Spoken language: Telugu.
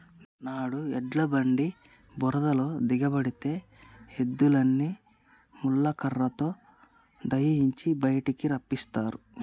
నాడు ఎడ్ల బండి బురదలో దిగబడితే ఎద్దులని ముళ్ళ కర్రతో దయియించి బయటికి రప్పిస్తారు